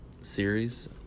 series